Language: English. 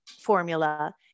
formula